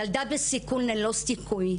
ילדה בסיכון ללא סיכוי,